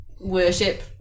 worship